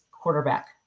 quarterback